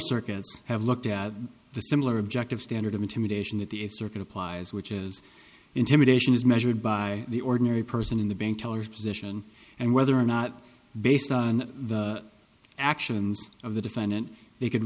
circuits have looked at the similar objective standard of intimidation that the circuit applies which is intimidation is measured by the ordinary person in the bank tellers position and whether or not based on the actions of the defendant they could